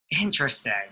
interesting